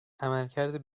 عملکرد